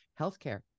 healthcare